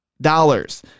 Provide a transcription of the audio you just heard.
dollars